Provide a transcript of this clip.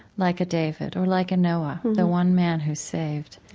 like a david or like a noah, the one man who's saved,